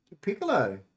piccolo